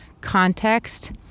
context